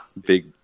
big